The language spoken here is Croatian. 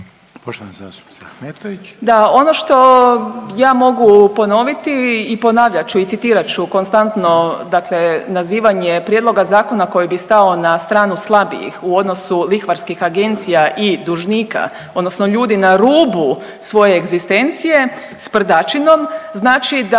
**Ahmetović, Mirela (SDP)** Da. Ono što ja mogu ponoviti i ponavljat ću i citirat ću konstantno dakle nazivanje prijedloga zakona koji bi stao na stranu slabijih u odnosu lihvarskih agencija i dužnika odnosno ljudi na rubu svoje egzistencije sprdačinom, znači da